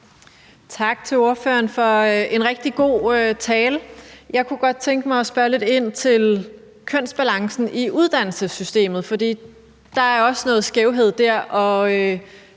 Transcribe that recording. Tak til ordføreren for en rigtig god tale. Jeg kunne godt tænke mig at spørge lidt ind til kønsbalancen i uddannelsessystemet, for der er også noget skævhed der. Og